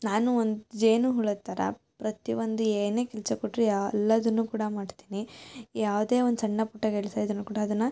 ನಾನು ಒಂದು ಜೇನುಹುಳದ ಥರ ಪ್ರತಿ ಒಂದು ಏನೇ ಕೆಲಸ ಕೊಟ್ಟರು ಯಾ ಎಲ್ಲದನ್ನು ಕೂಡ ಮಾಡ್ತೀನಿ ಯಾವುದೇ ಒಂದು ಸಣ್ಣ ಪುಟ್ಟ ಕೆಲಸ ಇದ್ರು ಕೂಡ ಅದನ್ನು